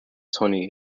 twenty